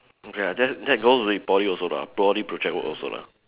okay that that goes with Poly also lah Poly project work also lah